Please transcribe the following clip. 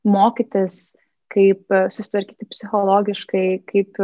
mokytis kaip susitvarkyti psichologiškai kaip